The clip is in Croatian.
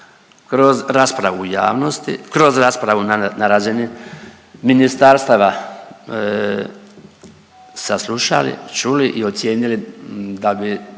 kroz raspravu na razini ministarstava, saslušali, čuli i ocijenili da bi